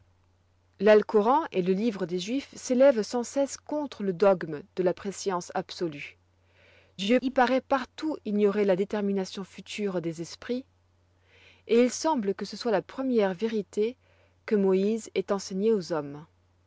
l'alcoran et les livres des juifs s'élèvent sans cesse contre le dogme de la prescience absolue dieu y paroît partout ignorer la détermination future des esprits et il semble que ce soit la première vérité que moïse ait enseignée aux hommes